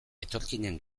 etorkinen